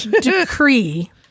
decree